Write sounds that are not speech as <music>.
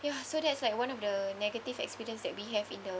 ya <breath> so that's like one of the negative experience that we have in the